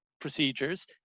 procedures